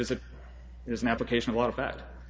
is it is an application of a lot of